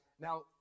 Now